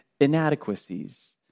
inadequacies